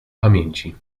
pamięci